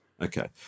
Okay